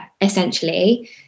essentially